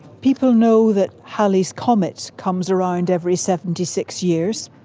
people know that hayley's comet comes around every seventy six years,